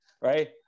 right